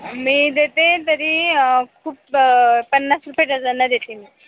मी देते तरी खूप पन्नास रुपये डझनला देते मी